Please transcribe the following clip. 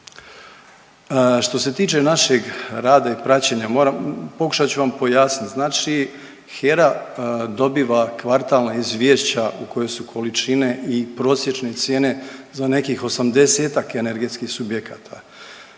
Što se tiče našeg rada i praćenja moram, pokušat ću vam pojasnit, znači HERA dobiva kvartalna izvješća u kojoj su količine i prosječne cijene za nekih 80-tak energetskih subjekata.